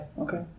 okay